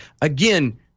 Again